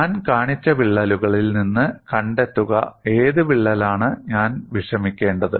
ഞാൻ കാണിച്ച വിള്ളലുകളിൽ നിന്ന് കണ്ടെത്തുക ഏത് വിള്ളലാണ് ഞാൻ വിഷമിക്കേണ്ടത്